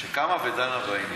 ודנה בעניין.